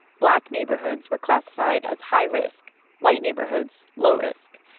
black neighborhoods were classified as high-risk white neighborhoods, low-risk.